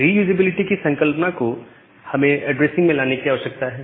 reusability की संकल्पना को हमें ऐड्रेसिंग में लाने की आवश्यकता है